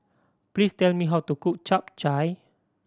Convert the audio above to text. please tell me how to cook Chap Chai